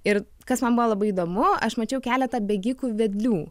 ir kas man buvo labai įdomu aš mačiau keletą bėgikų vedlių